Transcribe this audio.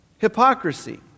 hypocrisy